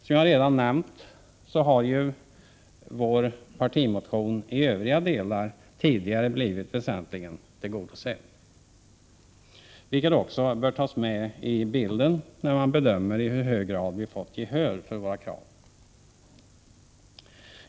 Som jag redan nämnt har vår partimotion i övriga delar tidigare blivit väsentligen tillgodosedd, vilket också bör tas med i bilden när man bedömer i hur hög grad vi fått gehör för våra krav.